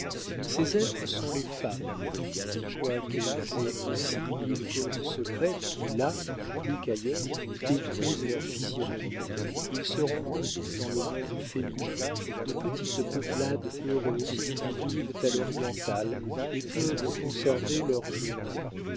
ces êtres sont les femmes quoiqu'elles aient aussi mille causes secrètes qui là plus qu'ailleurs détruisent leur physionomie il se rencontre dans le monde féminin de petites peuplades heureuses qui vivent à l'orientale et peuvent conserver leur beauté